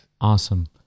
Awesome